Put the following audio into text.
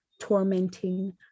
tormenting